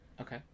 Okay